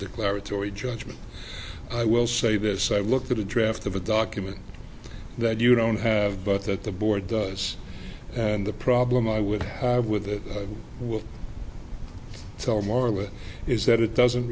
declare a tory judgment i will say this i've looked at a draft of a document that you don't have but that the board does and the problem i would have with it will tell margaret is that it doesn't